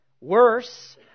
Worse